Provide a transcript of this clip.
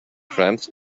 cramps